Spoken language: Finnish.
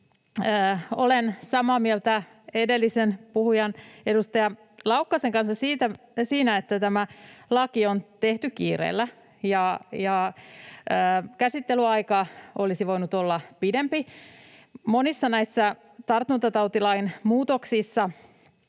Olen samaa mieltä edellisen puhujan, edustaja Laukkasen kanssa siinä, että tämä laki on tehty kiireellä, ja käsittelyaika olisi voinut olla pidempi. Monet näistä tartuntatautilain muutoksista